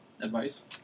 Advice